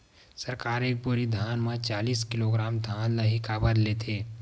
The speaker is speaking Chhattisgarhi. सरकार एक बोरी धान म चालीस किलोग्राम धान ल ही काबर लेथे?